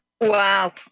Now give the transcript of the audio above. Wow